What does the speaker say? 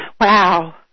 Wow